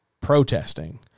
protesting